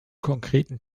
konkreten